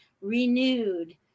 Renewed